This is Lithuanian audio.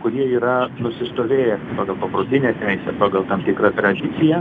kurie yra nusistovėję pagal paprotinę teisę pagal tam tikrą tradiciją